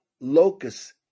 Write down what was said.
locusts